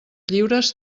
lliures